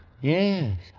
Yes